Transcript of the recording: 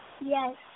Yes